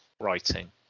writing